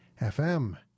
FM